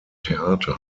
theater